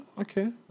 Okay